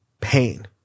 pain